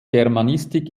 germanistik